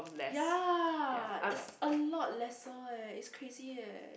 ya it's a lot lesser eh it's crazy eh